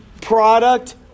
product